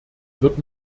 wird